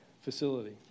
facility